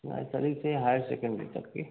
nursery से higher secondary तक के